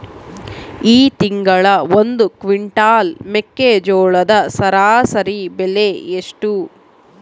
ಈ ತಿಂಗಳ ಒಂದು ಕ್ವಿಂಟಾಲ್ ಮೆಕ್ಕೆಜೋಳದ ಸರಾಸರಿ ಬೆಲೆ ಎಷ್ಟು?